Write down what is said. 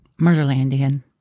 Murderlandian